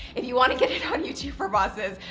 if you want to get it on youtube for bosses,